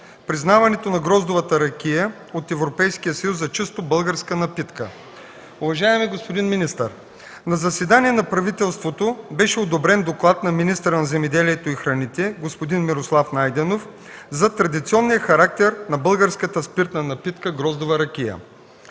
признаването на гроздовата ракия от Европейския съюз за чисто българска напитка. Уважаеми господин министър, на заседание на правителството беше одобрен доклад на министъра на земеделието и храните господин Мирослав Найденов за традиционния характер на българската спиртна напитка „Гроздова ракия”.